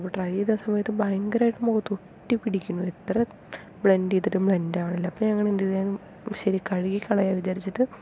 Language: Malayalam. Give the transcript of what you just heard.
അപ്പോൾ ട്രൈ ചെയ്ത സമയത്ത് ഭയങ്കരമായിട്ട് മുഖത്ത് ഒട്ടിപ്പിടിക്കുന്നു എത്ര ബ്ലെൻഡ് ചെയ്തിട്ടും ബ്ലെൻഡ് ആവണില്ല അപ്പം ഞങ്ങൾ എന്ത് ചെയ്തു എന്നാൽ ശരി കഴുകിക്കളയാമെന്ന് വിചാരിച്ചിട്ട്